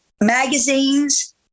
magazines